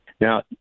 Now